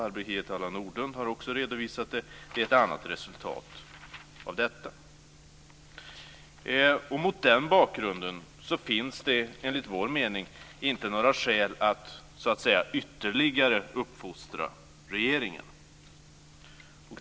Barbro Hietala Nordlund har också redovisat det, och det är ett annat resultat. Mot den bakgrunden finns det enligt vår mening inte några skäl att ytterligare uppfostra regeringen.